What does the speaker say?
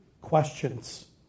questions